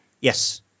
Yes